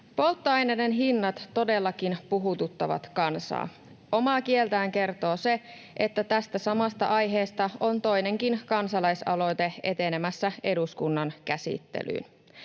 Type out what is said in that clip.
Polttoaineiden hinnat todellakin puhututtavat kansaa. Omaa kieltään kertoo se, että tästä samasta aiheesta on toinenkin kansalaisaloite etenemässä eduskunnan käsittelyyn.